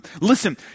Listen